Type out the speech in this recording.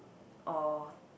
or